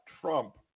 Trump